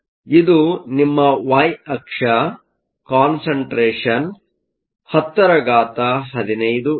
ಇದು ನಿಮ್ಮ ವೈ ಅಕ್ಷ ಕಾನ್ಸಂಟ್ರೇಷನ್Concentration 1015 ಇದೆ